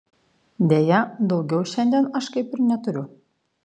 deja daugiau šiandien aš kaip ir neturiu